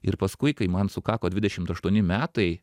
ir paskui kai man sukako dvidešimt aštuoni metai